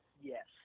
Yes